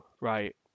right